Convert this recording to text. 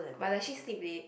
but does she sleep late